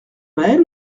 mael